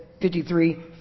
53